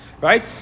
Right